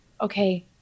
okay